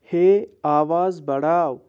ہے آواز بڑاو